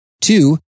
Two